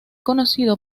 conocido